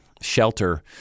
shelter